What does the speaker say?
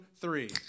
three